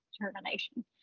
determination